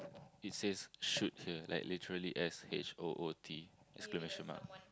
it says shoot here like literally S H O O T exclamation mark